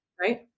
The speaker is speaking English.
right